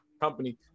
company